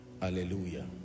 Hallelujah